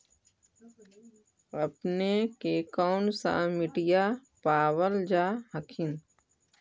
अपने के कौन सा मिट्टीया पाबल जा हखिन?